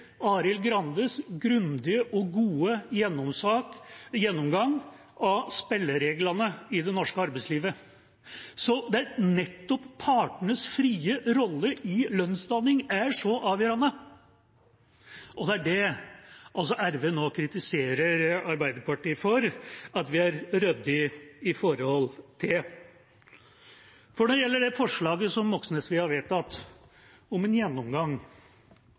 Arild Grandes grundige og gode gjennomgang av spillereglene i det norske arbeidslivet, der nettopp partenes frie rolle i lønnsdannelse er så avgjørende. Det er det Rødt nå kritiserer Arbeiderpartiet for at vi er ryddige i forhold til. For når det gjelder det forslaget representanten Moxnes vil ha vedtatt, om en gjennomgang,